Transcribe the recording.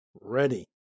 Ready